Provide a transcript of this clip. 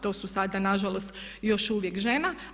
To su sada na žalost još uvijek žena.